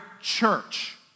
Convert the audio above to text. church